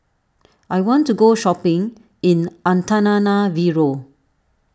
I want to go shopping in Antananarivo